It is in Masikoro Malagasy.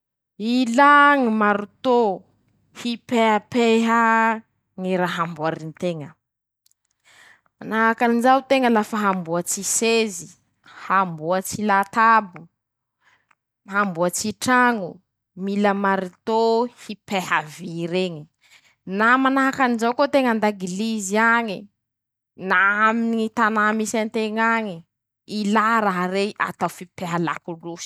Ilà ñy maritô, hipehapehaa ñy raha amboarinteña, manahakan'izao teña lafa hamboatsy sezy, hamboatsy latabo, hamboatsy traño mila maritôhipeha vy reñy, na manahakan'izao koa teña andagiliz'iañe, na aminy ñy tanà misy anteña eñe, ilà raha rey atao fipeha la.